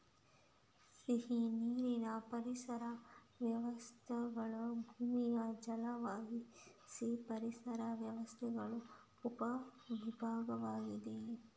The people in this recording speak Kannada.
ಸಿಹಿನೀರಿನ ಪರಿಸರ ವ್ಯವಸ್ಥೆಗಳು ಭೂಮಿಯ ಜಲವಾಸಿ ಪರಿಸರ ವ್ಯವಸ್ಥೆಗಳ ಉಪ ವಿಭಾಗವಾಗಿದೆ